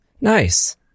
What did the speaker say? Nice